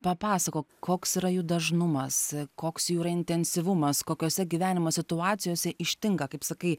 papasakok koks yra jų dažnumas koks jų yra intensyvumas kokiose gyvenimo situacijose ištinka kaip sakai